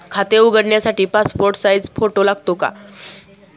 खाते उघडण्यासाठी passport size photo लागतो का?